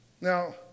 Now